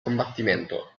combattimento